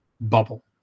bubble